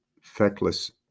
feckless